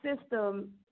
system